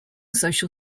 social